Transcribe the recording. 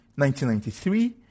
1993